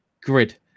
grid